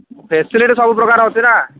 facility ସବୁପ୍ରକାର ଅଛି ନା